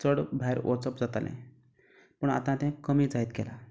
चड भायर वचप जातालें पूण आतां तें कमी जायत गेलां